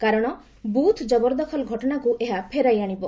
କାରଣ ବ୍ରଥ୍ କବରଦଖଲ ଘଟଣାକୃ ଏହା ଫେରାଇ ଆଣିବ